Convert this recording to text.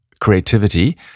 creativity